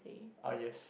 ah yes